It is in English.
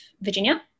virginia